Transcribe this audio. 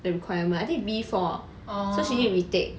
the requirement I think B four so she need retake